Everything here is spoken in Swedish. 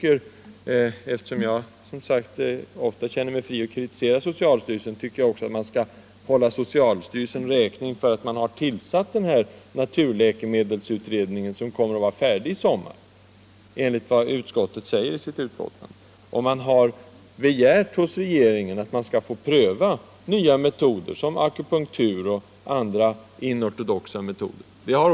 Eftersom jag som sagt känner mig fri att kritisera socialstyrelsen, tycker jag att vi också skall hålla styrelsen räkning för att den har tillsatt naturläkemedelsutredningen som kommer att vara färdig i sommar, enligt vad utskottet säger i sitt betänkande. Socialstyrelsen har också begärt hos regeringen att få pröva nya metoder såsom akupunktur och andra inortodoxa behandlingar.